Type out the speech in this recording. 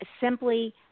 simply